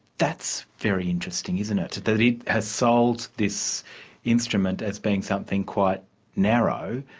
that's very interesting, isn't it, that it has sold this instrument as being something quite narrow,